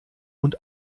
und